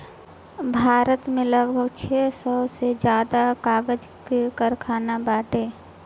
भारत में लगभग छह सौ से ज्यादा कागज कअ कारखाना बाटे